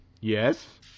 Yes